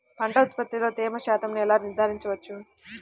పంటల ఉత్పత్తిలో తేమ శాతంను ఎలా నిర్ధారించవచ్చు?